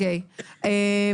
אגב,